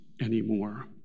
anymore